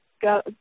go